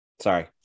Sorry